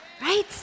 Right